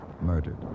Murdered